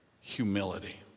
humility